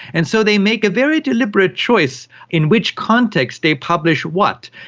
and so they make a very deliberate choice in which context they publish what,